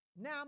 Now